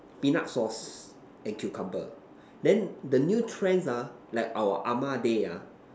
peanut sauce and cucumber then the new trends ah like our ah-ma day ah